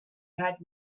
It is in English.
had